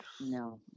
No